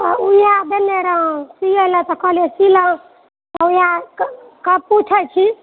ओतऽदेने रहु सिऐला तऽ सिलहुँ ओएह पूछै छी